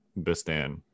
Bistan